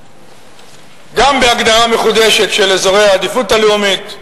גם בהגדרה מחודשת של אזורי עדיפות לאומית,